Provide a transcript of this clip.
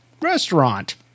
restaurant